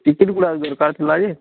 ଟିକିରି ଗୁଡ଼ା ଦରକାର ଥିଲା ଯେ